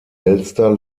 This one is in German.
elster